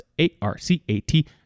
A-R-C-A-T